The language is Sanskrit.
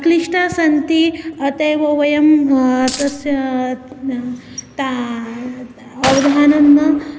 क्लिष्टा सन्ति अतः एव वयं तस्य ता अवधानं न